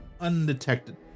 undetected